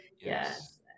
Yes